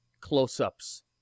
close-ups